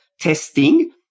testing